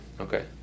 Okay